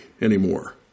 anymore